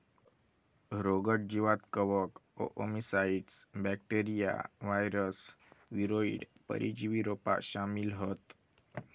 रोगट जीवांत कवक, ओओमाइसीट्स, बॅक्टेरिया, वायरस, वीरोइड, परजीवी रोपा शामिल हत